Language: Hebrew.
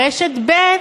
רשת ב'